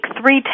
three